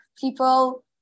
people